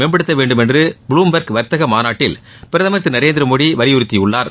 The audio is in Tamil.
மேம்படுத்தவேண்டும் என்று புளும்பெர்க் வர்த்தக மாநாட்டில் பிரதமர் திரு நநரேந்திரமோடி வலியுறுத்தியுள்ளார்